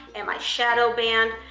am i shadow banned?